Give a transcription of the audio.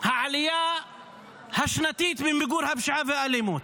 העלייה השנתית על ידי מיגור הפשיעה והאלימות.